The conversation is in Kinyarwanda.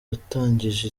watangije